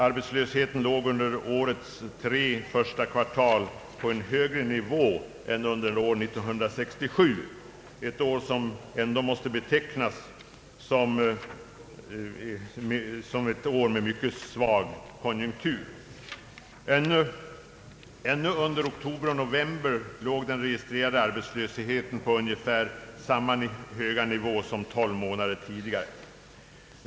Arbetslösheten låg under årets tre första kvartal på en högre nivå än under 1967, ett år som ändå måste betecknas som ett år med ökande konjunktur. Ännu under oktober och november låg den registrerade arbetslösheten på ungefär samma höga nivå som tolv månader tidigare.